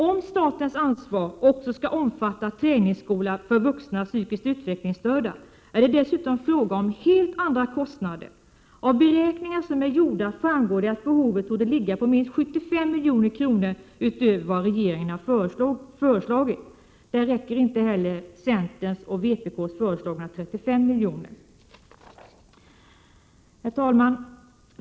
Om statens ansvar också skall omfatta träningsskola för vuxna psykiskt utvecklingsstörda är det dessutom fråga om helt andra kostnader. Av beräkningar som är gjorda framgår det att behovet torde ligga på minst 75 milj.kr. utöver vad regeringen har föreslagit. Således räcker inte heller de 35 milj.kr. som centern och vpk föreslagit. Herr talman!